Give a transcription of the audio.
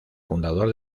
fundador